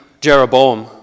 Jeroboam